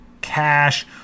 cash